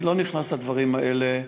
אני לא נכנס לדברים האלה,